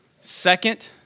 Second